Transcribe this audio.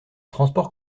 transport